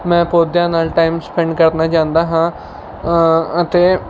ਮੈਂ ਪੌਦਿਆਂ ਨਾਲ ਟਾਈਮ ਸਪੈਂਡ ਕਰਨ ਜਾਂਦਾ ਹਾਂ ਅਤੇ